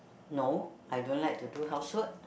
no I don't like to do housework